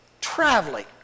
traveling